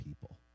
people